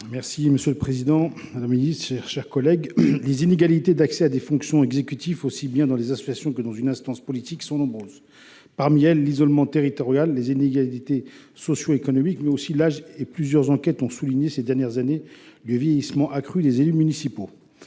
parole est à M. Ahmed Laouedj. Les inégalités d’accès à des fonctions exécutives, aussi bien dans les associations que dans une instance politique, sont nombreuses. Parmi elles, il y a l’isolement territorial, les inégalités socioéconomiques, mais aussi l’âge. Plusieurs enquêtes ont souligné ces dernières années le vieillissement accru des élus municipaux.